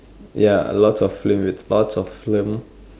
ya a lots of film with lots of film